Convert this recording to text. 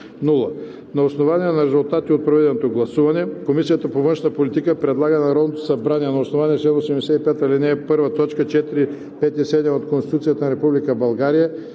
На основание на резултатите от проведеното гласуване Комисията по външна политика предлага на Народното събрание на основание чл. 85, ал. 1, т. 4, 5 и 7 от Конституцията на Република